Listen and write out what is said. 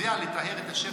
יודע לטהר את השרץ,